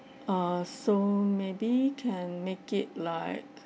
uh so maybe can make it like